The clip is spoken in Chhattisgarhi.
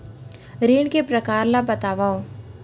ऋण के परकार ल बतावव?